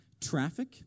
Traffic